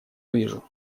вижу